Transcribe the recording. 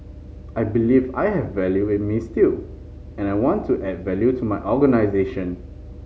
I believe I have value in me still and I want to add value to my organisation